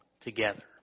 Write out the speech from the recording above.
together